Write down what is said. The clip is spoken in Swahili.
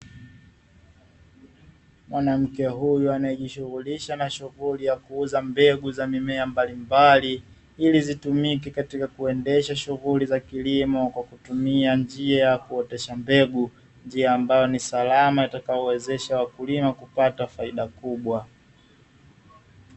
Mwanamke huyu anayejishughulisha na shughuli ya kuuza mbegu za mimea mbalimbali, ili zitumike katika kuendesha shughuli za kilimo kwa kutumia njia ya kuotesha mbegu njia ambayo ni salama yatakayowezesha wakulima kupata faida kubwa.